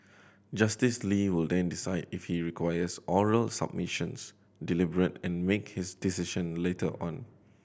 Justice Lee will then decide if he requires oral submissions deliberate and make his decision later on